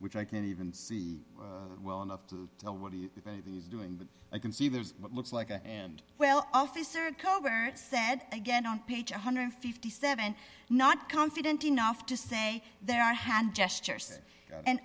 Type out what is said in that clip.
which i can even see well enough to tell what he is doing but i can see there is what looks like and well officer covert said again on page one hundred and fifty seven not confident enough to say there are hand gestures and